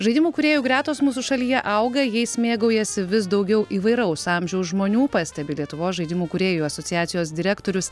žaidimų kūrėjų gretos mūsų šalyje auga jais mėgaujasi vis daugiau įvairaus amžiaus žmonių pastebi lietuvos žaidimų kūrėjų asociacijos direktorius